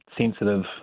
sensitive